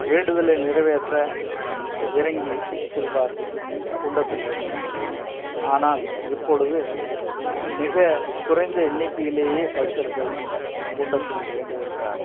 வேண்டுதலை நிறைவேற்ற இறங்கி செல்வார்கள் குண்டத்தில் இறங்கி ஆனால் இப்பொழுது மிக குறைந்த எண்ணிக்கையிலேயே பக்தர்கள் குண்டத்தில் இறங்குகின்றார்கள்